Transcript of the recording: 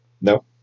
No